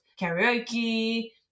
karaoke